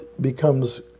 becomes